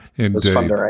Indeed